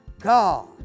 God